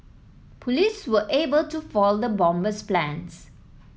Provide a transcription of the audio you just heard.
police were able to foil the bomber's plans